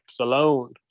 alone